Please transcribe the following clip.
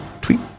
tweet